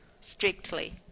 strictly